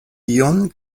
ion